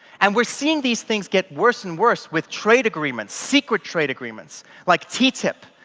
and we're seeing these things get worse and worse with trade agreements, secret trade agreements like ttip,